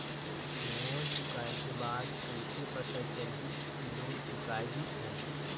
Loan चुकाय के बाद कइसे पता चलही कि लोन चुकाय गिस है?